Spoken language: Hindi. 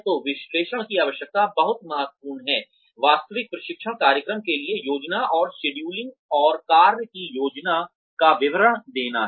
तो विश्लेषण की आवश्यकता बहुत महत्वपूर्ण है वास्तविक प्रशिक्षण कार्यक्रम के लिए योजना और शेड्यूलिंग और कार्य की योजना का विवरण देना है